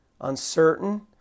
uncertain